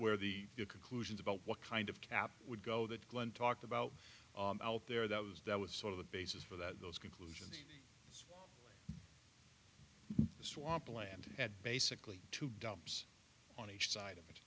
where the conclusions about what kind of cap would go that glenn talked about out there that was that was sort of the basis for that those conclusion swamp land at basically two dumps on each side of it